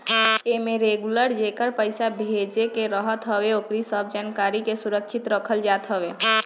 एमे रेगुलर जेके पईसा भेजे के रहत हवे ओकरी सब जानकारी के सुरक्षित रखल जात हवे